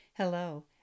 Hello